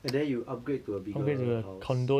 and then you upgrade to a bigger house